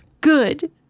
good